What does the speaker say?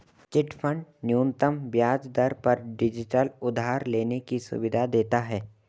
chit fund न्यूनतम ब्याज दर पर डिजिटल उधार लेने की सुविधा देता है